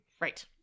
Right